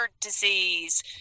disease